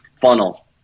funnel